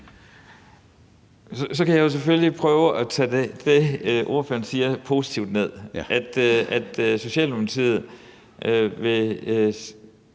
Så kan jeg jo selvfølgelig prøve at tage det, ordføreren siger, positivt ned: at Socialdemokratiet vil